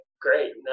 great